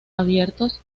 abiertos